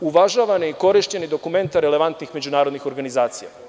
uvažavana i korišćena dokumenta relevantnih međunarodnih organizacija.